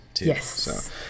Yes